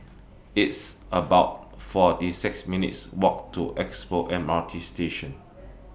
It's about forty six minutes' Walk to Expo MRT Station